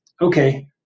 okay